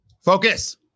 Focus